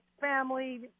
family